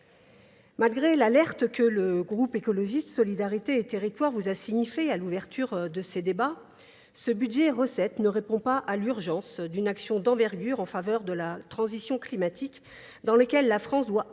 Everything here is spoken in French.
Malgré l'alerte que le groupe écologiste Solidarité et territoire vous a signifié à l'ouverture de ces débats, ce budget et recette ne répond pas à l'urgence d'une action d'envergure en faveur de la transition climatique dans laquelle la France doit